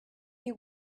you